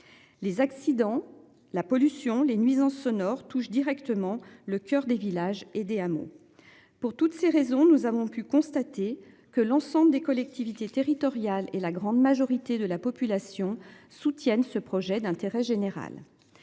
Les accidents, la pollution, les nuisances sonores touche directement le coeur des villages et des hameaux. Pour toutes ces raisons, nous avons pu constater que l'ensemble des collectivités territoriales et la grande majorité de la population soutiennent ce projet d'intérêt général.